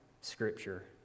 Scripture